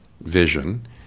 vision